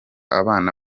abana